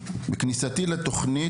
מכניסתי לתוכנית,